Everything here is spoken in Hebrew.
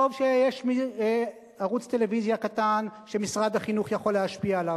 טוב שיש ערוץ טלוויזיה קטן שמשרד החינוך יכול להשפיע עליו,